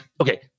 Okay